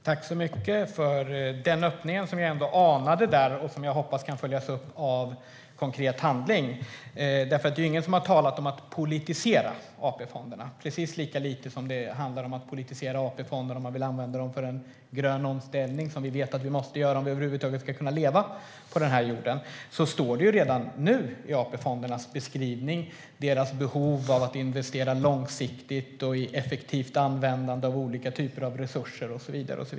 Herr talman! Jag tackar för öppningen som jag anade där och som jag hoppas kan följas upp av konkret handling. Ingen har talat om att politisera AP-fonderna, precis lika lite som det handlar om att politisera AP-fonderna om man vill använda dem för den gröna omställning som vi måste göra om vi över huvud taget ska kunna leva på denna jord. I AP-fondernas beskrivning står det redan nu om behovet av att investera långsiktigt, om effektivt användande av olika typer av resurser och så vidare.